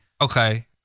okay